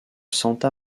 santa